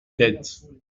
tête